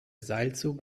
seilzug